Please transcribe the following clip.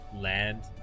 land